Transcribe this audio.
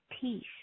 peace